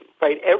right